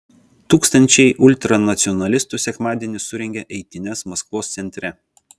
tūkstančiai ultranacionalistų sekmadienį surengė eitynes maskvos centre